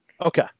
Okay